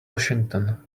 washington